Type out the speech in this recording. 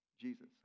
Jesus